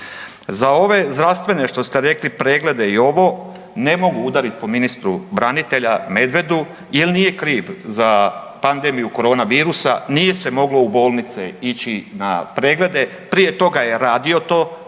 Za ove zdravstvene što ste rekli preglede i ovo ne mogu udarit po ministru branitelja Medvedu, jer nije kriv za pandemiju corona virusa, nije se moglo u bolnice ići na preglede. Prije toga je radio to,